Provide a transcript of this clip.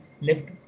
lift